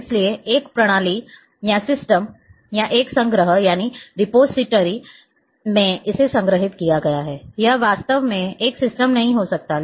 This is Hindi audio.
इसलिए एक प्रणाली या एक संग्रह में इसे संग्रहीत किया गया है यह वास्तव में एक सिस्टम नहीं हो सकता है